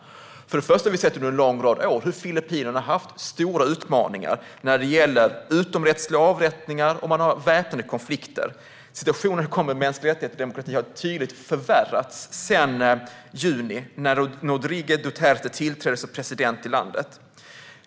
Vi har under en lång rad år sett hur Filippinerna haft stora utmaningar när det gäller utomrättsliga avrättningar, och man har haft väpnade konflikter. Situationen för mänskliga rättigheter och demokrati har tydligt förvärrats sedan juni när Rodrigo Duterte tillträdde som president i landet.